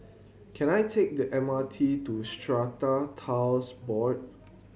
can I take the M R T to Strata Titles Board